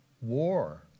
war